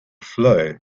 fly